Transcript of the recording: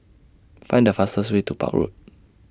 Find The fastest Way to Park Road